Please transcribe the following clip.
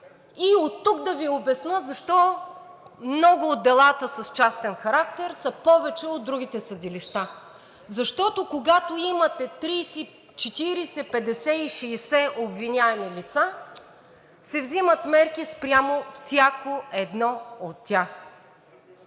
Оттук ще Ви обясня защо много от делата с частен характер са повече от другите съдилища – защото, когато имате 30, 40, 50 и 60 обвиняеми лица, се взимат мерки спрямо всяко едно от тях.